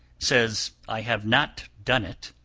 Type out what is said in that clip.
says i have not done it.